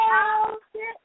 house